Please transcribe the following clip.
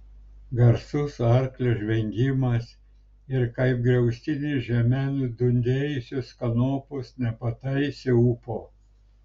garsus arklio žvengimas ir kaip griaustinis žeme nudundėjusios kanopos nepataisė ūpo